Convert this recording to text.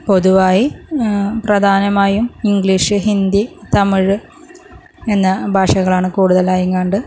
പൊതുവായി പ്രധാനമായും ഇംഗ്ലീഷ് ഹിന്ദി തമിഴ് എന്ന ഭാഷകളാണ് കൂടുതലായിങ്ങാണ്ട്